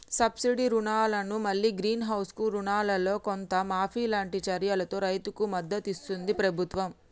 subsidy రుణాలను మల్లి greenhouse కు రుణాలల్లో కొంత మాఫీ లాంటి చర్యలతో రైతుకు మద్దతిస్తుంది ప్రభుత్వం